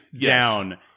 down